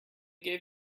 gave